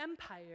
empire